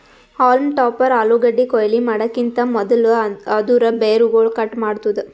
haulm topper ಆಲೂಗಡ್ಡಿ ಕೊಯ್ಲಿ ಮಾಡಕಿಂತ್ ಮದುಲ್ ಅದೂರ್ ಬೇರುಗೊಳ್ ಕಟ್ ಮಾಡ್ತುದ್